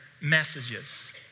messages